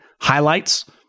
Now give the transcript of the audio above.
highlights